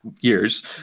years